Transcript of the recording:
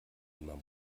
immer